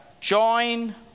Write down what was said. join